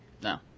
No